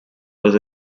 was